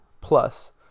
plus